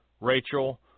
Rachel